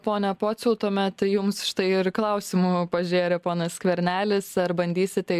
pone pociau tuomet jums štai ir klausimų pažėrė ponas skvernelis ar bandysite